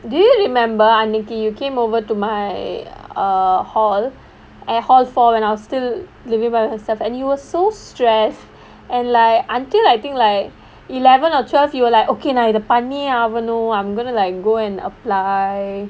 do you remember அன்னைக்கு:annaikku you came over to my err hall at hall four when I was still living by myself and you were so stress and like until I think like eleven or twelve you were like okay நான் இத பண்ணியே ஆகணும்:naan itha panniyae aaganum I'm gonna like go and apply